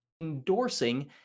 endorsing